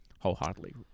wholeheartedly